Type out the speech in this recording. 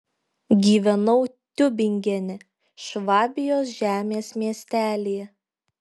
gyvenau tiubingene švabijos žemės miestelyje